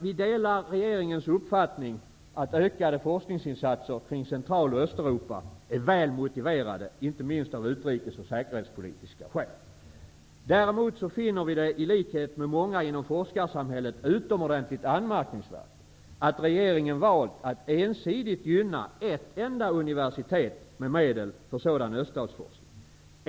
Vi delar regeringens uppfattning att ökade forskningsinsatser kring Central och Östeuropa är väl motiverade, inte minst av utrikes och säkerhetspolitiska skäl. Däremot finner vi det, i likhet med många inom forskarsamhället, utomordentligt anmärkningsvärt att regeringen valt att ensidigt gynna ett enda universitet med medel för sådan öststatsforskning.